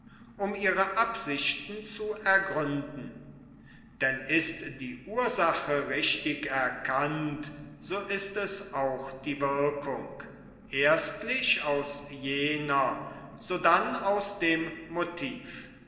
um ihre absichten zu ergründen denn ist die ursache richtig erkannt so ist es auch die wirkung erstlich aus jener sodann aus dem motiv